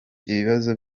ibibazo